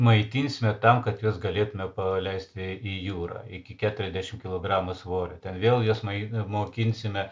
maitinsime tam kad juos galėtume paleisti į jūrą iki keturiasdešim kilogramų svorio ten vėl juos mai mokinsime